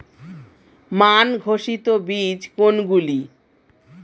মান ঘোষিত বীজ কোনগুলি?